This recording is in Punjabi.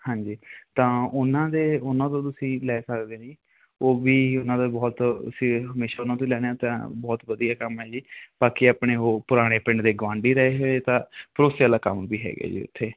ਹਾਂਜੀ ਤਾਂ ਉਹਨਾਂ ਦੇ ਉਹਨਾਂ ਤੋਂ ਤੁਸੀਂ ਲੈ ਸਕਦੇ ਜੀ ਉਹ ਵੀ ਉਹਨਾਂ ਦਾ ਬਹੁਤ ਅਸੀਂ ਹਮੇਸ਼ਾ ਉਹਨਾਂ ਤੋਂ ਲੈਂਦੇ ਹਾਂ ਤਾਂ ਬਹੁਤ ਵਧੀਆ ਕੰਮ ਹੈ ਜੀ ਬਾਕੀ ਆਪਣੇ ਉਹ ਪੁਰਾਣੇ ਪਿੰਡ ਦੇ ਗੁਆਂਢੀ ਰਹੇ ਹੋਏ ਤਾਂ ਭਰੋਸੇ ਵਾਲਾ ਕੰਮ ਵੀ ਹੈਗੇ ਜੀ ਉੱਥੇ